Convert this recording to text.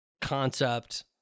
concept